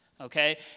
okay